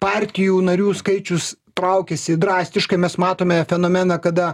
partijų narių skaičius traukiasi drastiškai mes matome fenomeną kada